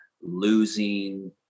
losing